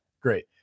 great